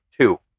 two